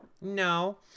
No